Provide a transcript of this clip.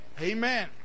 Amen